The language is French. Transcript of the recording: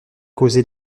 causer